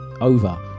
over